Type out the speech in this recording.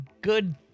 good